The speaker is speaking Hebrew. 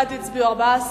בעד הצביעו 14,